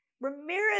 Ramirez